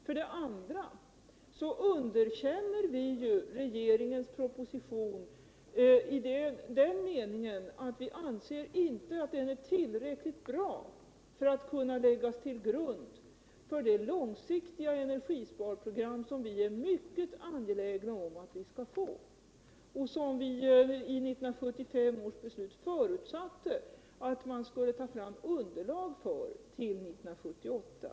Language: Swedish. För det andra underkänner vi regeringens proposition i den meningen att vi inte anser att den är tillräckligt bra för att kunna läggas till grund för det långsiktiga energisparprogram som vi är mycket angelägna om att få och som vi 1 1975 års beslut förutsatte att man skulle ta fram underlag för ull 1978.